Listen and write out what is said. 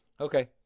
Okay